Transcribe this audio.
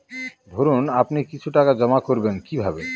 ধরুন আপনি কিছু টাকা জমা করবেন কিভাবে?